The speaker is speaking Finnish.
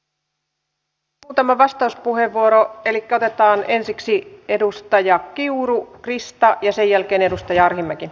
täällä oli muutama vastauspuheenvuoro elikkä otetaan ensiksi edustaja kiuru krista ja sen jälkeen edustaja arhinmäki